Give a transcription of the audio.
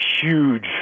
huge